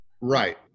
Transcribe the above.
Right